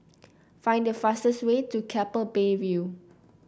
find the fastest way to Keppel Bay View